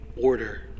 order